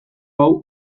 hau